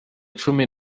cumi